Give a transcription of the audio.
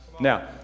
Now